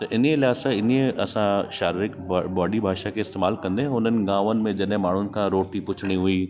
त इनीय लाए असां इनी असां शारीरिक बॉडी भाषा खे इस्तेमाल कंदे हुननि गावनि में जॾै माण्हुनि खां रोटी पुछणी हुई